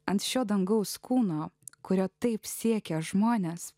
ant šio dangaus kūno kurio taip siekia žmonės